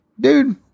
dude